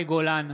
מאי גולן,